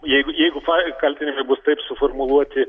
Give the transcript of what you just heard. jeigu jeigu kaltinimai bus taip suformuluoti